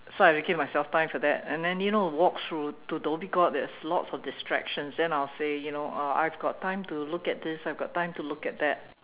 so I'm making myself time for that and then you know walk trough to Dhoby Ghaut there's lots of distractions then I'll say you know uh I've got time to look at this I've got time to look at that